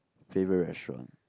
favourite restaurant